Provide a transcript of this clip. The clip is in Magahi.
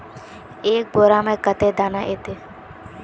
एक बोड़ा में कते दाना ऐते?